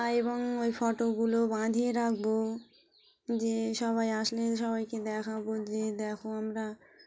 এবং ওই ফটোগুলো বাঁধিয়ে রাখবো যে সবাই আসলে সবাইকে দেখাবো যে দেখো আমরা